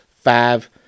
five